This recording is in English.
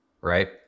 right